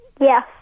Yes